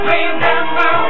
Remember